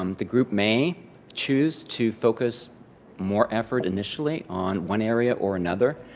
um the group may choose to focus more effort initially on one area or another,